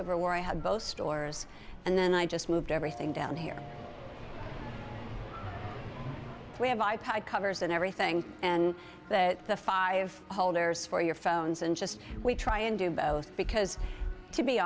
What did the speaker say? over where i had both stores and then i just moved everything down here we have i pod covers and everything and the five holders for your phones and just we try and do both because to be